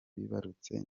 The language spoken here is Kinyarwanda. bibarutse